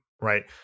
right